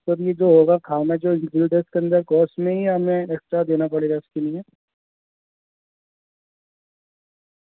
سر یہ جو ہوگا کھانا جو انکلوڈ ہے اس کے اندر کاسٹ میں ہی ہمیں ایکسٹرا دینا پڑے گا اس کے لیے